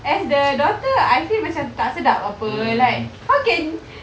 as the daughter I feel macam tak sedap apa like how can